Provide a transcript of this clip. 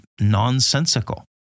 nonsensical